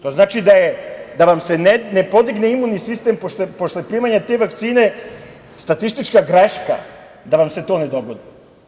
To znači da vam se ne podigne imuni sistem posle primanja te vakcine statistička greška, da vam se to ne dogodi.